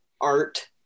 art